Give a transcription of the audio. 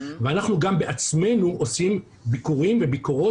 אנחנו גם בעצמנו עושים ביקורים וביקורות